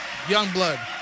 Youngblood